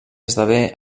esdevé